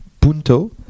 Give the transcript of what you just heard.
punto